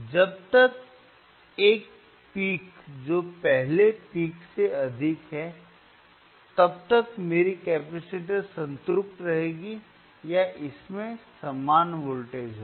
जब तक एक पिक जो पहले की पिक से अधिक है तब तक मेरी कैपेसिटर संतृप्त रहेगी या इसमें समान वोल्टेज होगा